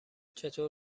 چطور